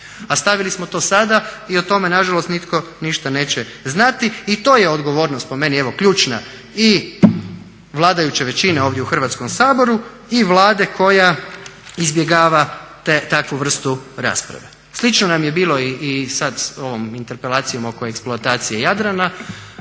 a stavili smo to sada i o tome nažalost nitko ništa neće znati. I to je odgovornost po meni evo ključna i vladajuće većine ovdje u Hrvatskom saboru i Vlade koja izbjegava takvu vrstu rasprave. Slično nam je bilo i sad sa ovom interpelacijom oko eksploatacije Jadrana.